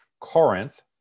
Corinth